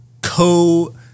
co-